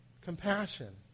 Compassion